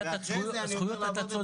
ואחרי זה אני עובר לעבוד עם בי"ת.